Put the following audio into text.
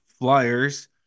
Flyers